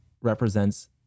represents